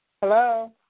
Hello